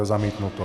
Zamítnuto.